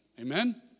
Amen